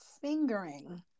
fingering